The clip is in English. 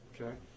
okay